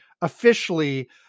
officially